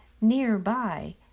Nearby